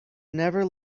never